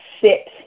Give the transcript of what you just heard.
sit